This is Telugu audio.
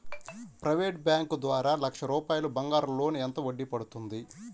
ప్రైవేట్ బ్యాంకు ద్వారా లక్ష రూపాయలు బంగారం లోన్ ఎంత వడ్డీ పడుతుంది?